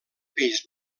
peix